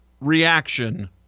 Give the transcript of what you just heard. reaction